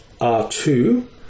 R2